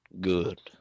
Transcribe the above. Good